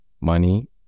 money